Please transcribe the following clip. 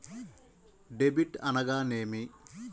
Debit అనగానేమి?